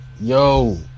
Yo